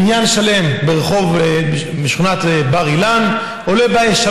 בניין שלם ברחוב בר אילן עולה באש,